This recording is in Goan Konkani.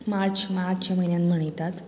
मार्च मार्च म्हयन्यान मनयतात